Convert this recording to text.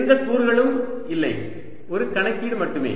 எந்த கூறுகளும் இல்லை ஒரு கணக்கீடு மட்டுமே